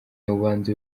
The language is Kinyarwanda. ubanza